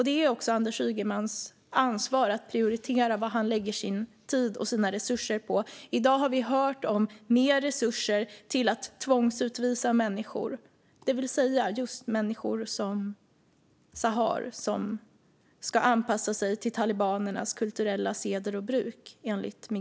Det är Anders Ygemans ansvar att prioritera var han lägger sin tid och sina resurser. I dag har vi hört om mer resurser till att tvångsutvisa människor, det vill säga personer som Sahar, som enligt Migrationsverket ska anpassa sig till talibanernas kulturella seder och bruk.